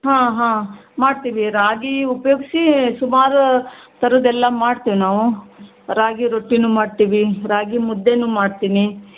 ಹಾಂ ಹಾಂ ಮಾಡ್ತೀವಿ ರಾಗಿ ಉಪಯೋಗ್ಸಿ ಸುಮಾರು ಥರದ್ದೆಲ್ಲ ಮಾಡ್ತೀವಿ ನಾವು ರಾಗಿ ರೊಟ್ಟಿನೂ ಮಾಡ್ತೀವಿ ರಾಗಿ ಮುದ್ದೆನೂ ಮಾಡ್ತೀನಿ